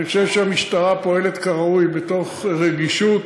אני חושב שהמשטרה פועלת כראוי, מתוך רגישות.